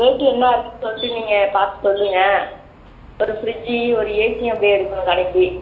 rate என்னா இருக்குதுனு சொல்லிட்டு நீங்கள் பார்த்து சொல்லுங்கள் ஒரு ஃப்ரிட்ஜு ஒரு ஏசியும் அப்படியே எடுக்கணும் கடைக்கு